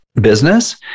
business